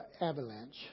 avalanche